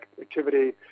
activity